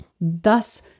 thus